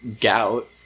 Gout